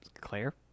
Claire